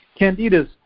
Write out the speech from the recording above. candidas